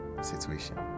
situation